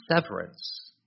severance